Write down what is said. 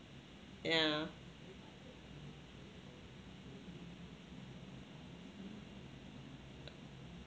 yeah